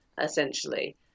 essentially